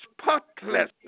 spotless